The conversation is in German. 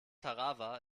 tarawa